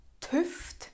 Tüft